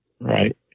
right